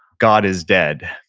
god is dead,